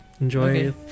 enjoy